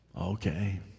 Okay